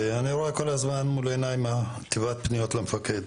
אני רואה כל הזמן מול העיניים תיבת פניות למפקד.